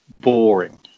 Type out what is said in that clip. boring